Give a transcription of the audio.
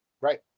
right